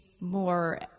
more